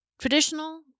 Traditional